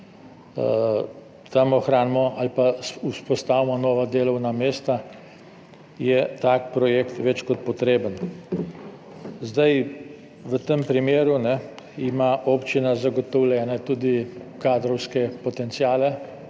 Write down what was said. tam ohranimo ali pa vzpostavimo nova delovna mesta, je tak projekt več kot potreben. V tem primeru ima občina zagotovljene tudi kadrovske potenciale.